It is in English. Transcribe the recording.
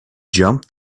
jumped